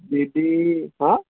जेकी हा